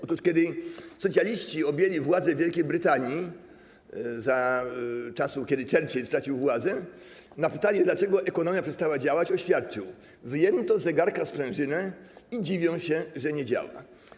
Otóż kiedy socjaliści objęli władzę w Wielkiej Brytanii za czasów, kiedy Churchill stracił władzę, na pytanie, dlaczego ekonomia przestała działać, oświadczył: Wyjęto z zegarka sprężynę i dziwią się, że nie działa.